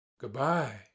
Good-bye